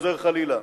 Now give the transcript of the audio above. וחוזר חלילה.